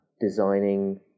designing